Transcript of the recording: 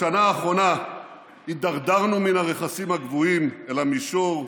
בשנה האחרונה הידרדרנו מן הרכסים הגבוהים אל המישור,